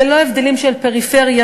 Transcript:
ללא הבדלים של פריפריה,